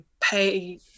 pay